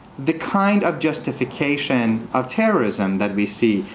the kind of justification of terrorism that we see,